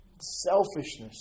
selfishness